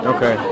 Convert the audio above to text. Okay